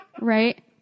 right